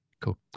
Cool